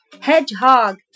Hedgehog